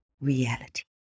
reality